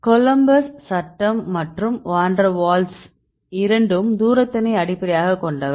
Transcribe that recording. Coulomb's சட்டம் மற்றும் van der Waals இரண்டும் தூரத்தினை அடிப்படையாகக் கொண்டவை